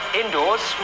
indoors